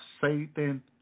Satan